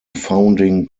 founding